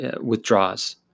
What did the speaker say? withdraws